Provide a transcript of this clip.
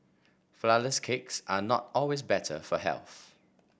flourless cakes are not always better for health